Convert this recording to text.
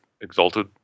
exalted